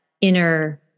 inner